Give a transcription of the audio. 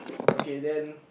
okay then